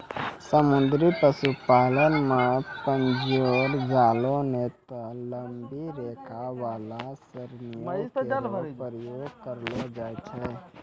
समुद्री पशुपालन म पिंजरो, जालों नै त लंबी रेखा वाला सरणियों केरो प्रयोग करलो जाय छै